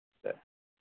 दे